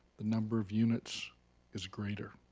the number of units is greater.